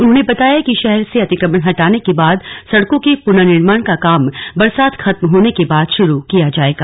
उन्होंने बताया कि शहर से अतिक्रमण हटाने के बाद सड़कों के पुनिर्निर्माण का काम बरसात खत्म होने के बाद शुरू किया जाएगा